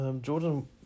Jordan